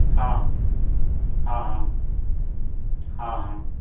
ᱦᱮᱸ ᱦᱮᱸ ᱦᱮᱸ ᱦᱮᱸ